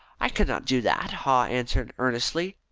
i could not do that, haw answered earnestly.